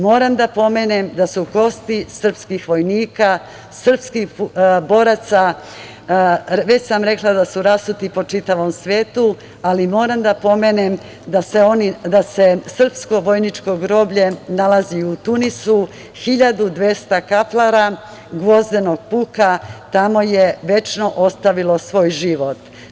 Moram da pomenem da su kosti srpskih vojnika, srpskih boraca, već sam rekla da su rasuti po čitavom svetu, ali moram da pomenem da se srpsko vojničko groblje nalazi i u Tunisu, 1.200 kaplara gvozdenog puka tamo je večno ostavilo svoj život.